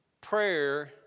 prayer